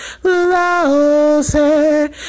Closer